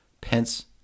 Pence